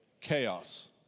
chaos